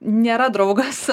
nėra draugas